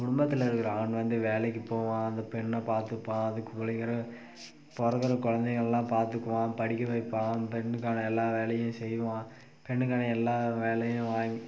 குடும்பத்தில் இருக்கிற ஆண் வந்து வேலைக்கு போவான் அந்த பெண்ணை பார்த்துப்பான் அது பிறக்குற குழந்தைங்கல்லாம் பார்த்துக்குவான் படிக்க வைப்பான் அந்த பெண்ணுக்கான எல்லா வேலையும் செய்வான் பெண்ணுக்கான எல்லா வேலையும் வாங்கி